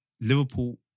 Liverpool